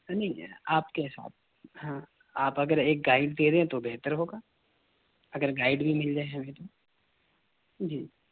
نہیں آپ کے حساب ہاں آپ اگر ایک گائڈ دے دیں تو بہتر ہوگا اگر گائڈ بھی مل جائے ہمیں جی